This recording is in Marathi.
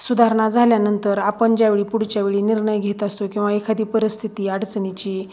सुधारणा झाल्यानंतर आपण ज्यावेळी पुढच्या वेळी निर्णय घेत असतो किंवा एखादी परिस्थिती अडचणीची